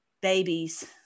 babies